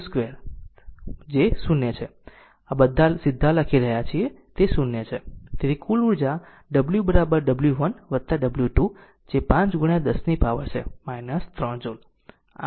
તેથી અર્ધ C2 v22 0 તેથી Cધા જ લખી રહ્યા છે 0 છે તેથી કુલ ઉર્જા w w 1 w 2 જે 5 10 ની પાવર છે 3 જુલ આ મૂલ્ય છે